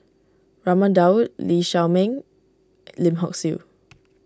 Raman Daud Lee Shao Meng Lim Hock Siew